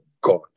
God